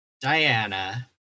Diana